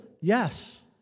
Yes